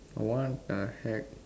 I want a hat